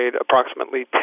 approximately